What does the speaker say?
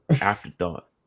afterthought